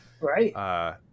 Right